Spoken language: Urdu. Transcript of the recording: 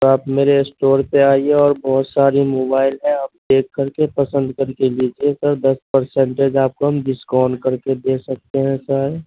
تو آپ میرے اسٹور پہ آئیےاور بہت ساری موبائل ہیں آپ دیکھ کر کے پسند کر کے لیجیے گا دس پرسنٹیج آپ کو ہم ڈسکاؤنٹ کر کے دے سکتے ہیں سر